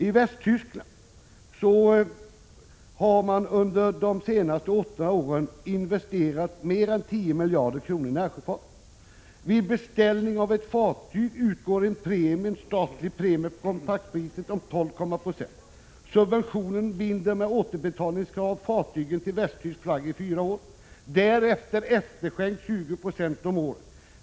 I Västtyskland har man under de senaste åtta åren investerat mer än 10 miljarder kronor i närsjöfarten. Vid beställning av ett fartyg utgår en statlig premie på kontraktspriset om 12 96. Subventionen binder med återbetalningskrav fartyget till västtysk flagg i fyra år. Därefter efterskänks 20 26 om året.